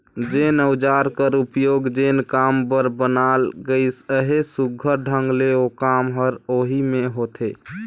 जेन अउजार कर उपियोग जेन काम बर बनाल गइस अहे, सुग्घर ढंग ले ओ काम हर ओही मे होथे